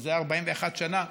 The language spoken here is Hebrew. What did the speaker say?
מזה 41 שנה,